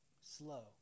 slow